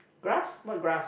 glass what glass